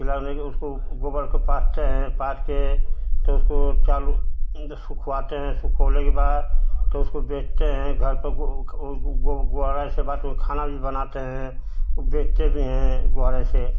खिलाने के उसको गोबर को पाथते हैं पाथकर तो उसको चालू सुखवाते हैं सुखौले के बाद तो उसको बेचते हैं घर पर ग्वारा से खाना भी बनाते हैं बेचते भी हैं ग्वारा से